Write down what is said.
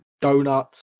Donuts